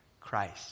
Christ